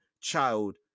child